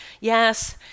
yes